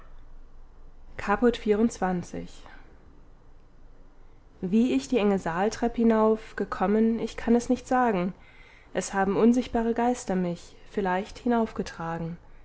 caput xxiv wie ich die enge sahltrepp hinauf gekommen ich kann es nicht sagen es haben unsichtbare geister mich vielleicht